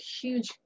huge